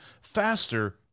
faster